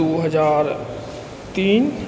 दू हजार तीन